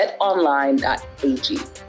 BetOnline.ag